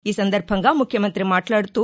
ఈ సందర్బంగా ముఖ్యమంత్రి మాట్లాడుతూ